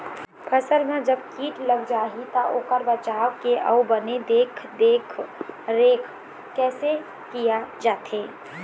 फसल मा जब कीट लग जाही ता ओकर बचाव के अउ बने देख देख रेख कैसे किया जाथे?